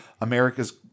America's